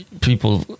people